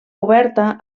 oberta